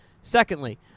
Secondly